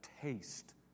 taste